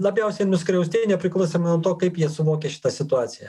labiausiai nuskriausti nepriklausomai nuo to kaip jie suvokia šitą situaciją